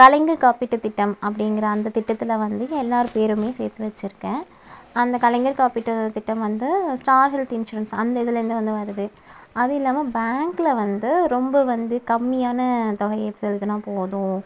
கலைஞர் காப்பீட்டு திட்டம் அப்படிங்கிற அந்த திட்டத்தில் வந்து எல்லார் பேருமே சேர்த்து வச்சிருக்கேன் அந்த கலைஞர் காப்பீட்டு திட்டம் வந்து ஸ்டார் ஹெல்த் இன்சூரன்ஸ் அந்த இதுலேயிருந்து வந்து வருது அது இல்லாமல் பேங்க்ல வந்து ரொம்ப வந்து கம்மியான தொகையை செலுத்தினா போதும்